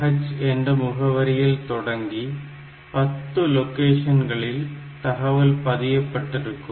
3000h என்ற முகவரியில் தொடங்கி 10 லொகேஷன்களில் தகவல் பதியப்பட்டிருக்கும்